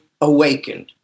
awakened